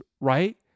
right